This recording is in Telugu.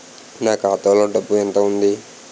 నా ఖాతాలో డబ్బు ఎంత ఉంది?